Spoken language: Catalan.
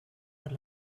per